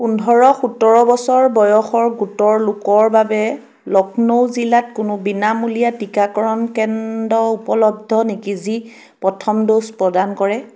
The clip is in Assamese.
পোন্ধৰ সোতৰ বছৰ বয়সৰ গোটৰ লোকৰ বাবে লক্ষ্ণৌ জিলাত কোনো বিনামূলীয়া টিকাকৰণ কেন্দ্ৰ উপলব্ধ নেকি যি প্ৰথম ড'জ প্ৰদান কৰে